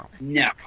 no